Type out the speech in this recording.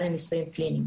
מים H2O שמופקים מקנאביס,